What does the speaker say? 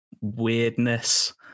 weirdness